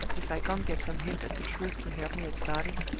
if i can't get some hint at the truth to help me at starting,